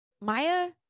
Maya